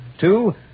Two